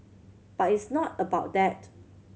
but it's not about that